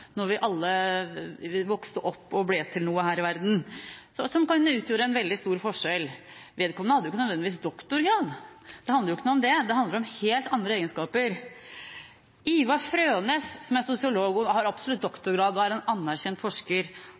når vi alle vokste opp og ble til noe her i verden – som kan utgjøre en veldig stor forskjell. Vedkommende hadde ikke nødvendigvis doktorgrad. Det handler jo ikke om det. Det handler om helt andre egenskaper. Ivar Frønes, som er sosiolog, og absolutt har doktorgrad og er en anerkjent forsker,